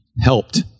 helped